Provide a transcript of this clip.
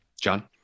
John